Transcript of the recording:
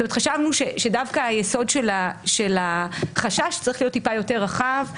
חשבנו שדווקא היסוד של החשש צריך להיות טיפה יותר רחב.